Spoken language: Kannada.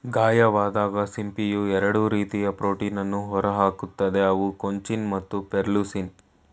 ಗಾಯವಾದಾಗ ಸಿಂಪಿಯು ಎರಡು ರೀತಿಯ ಪ್ರೋಟೀನನ್ನು ಹೊರಹಾಕ್ತದೆ ಅವು ಕೊಂಚಿನ್ ಮತ್ತು ಪೆರ್ಲುಸಿನ್